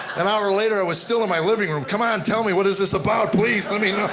an hour later, i was still in my living room. come on tell me what is this about, please, lemme